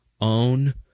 own